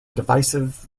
divisive